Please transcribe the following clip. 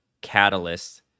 catalyst